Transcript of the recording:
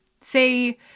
say